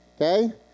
Okay